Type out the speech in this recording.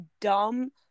dumb